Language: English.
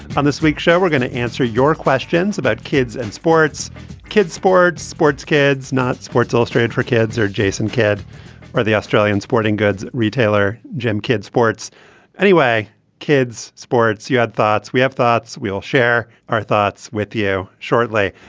on this week's show we're going to answer your questions about kids and sports kids sports sports kids not sports illustrated for kids or jason kidd or the australian sporting goods retailer gym kids sports anyway kids sports you had thoughts we have thoughts we'll share our thoughts with you shortly.